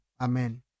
Amen